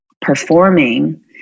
performing